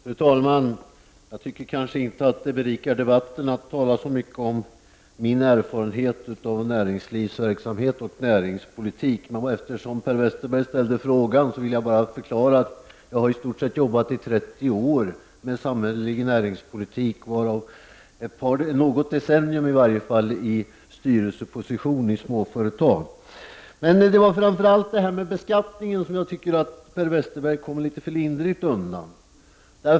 Fru talman! Jag tycker kanske inte att det berikar debatten att tala så mycket om min erfarenhet av näringslivsverksamhet och näringspolitiken. Men eftersom Per Westerberg ställde frågan, vill jag förklara att jag i stort sett arbetat i 30 år med samhällelig näringspolitik, varav något decennium i styrelseposition i småföretag. Men det var framför allt när det gäller beskattningen som jag tyckte att Per Westerberg kom litet för lindrigt undan.